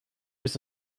was